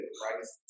Christ